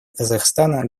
казахстана